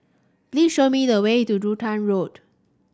please show me the way to Duxton Road